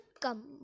come